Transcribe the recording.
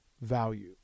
value